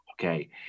okay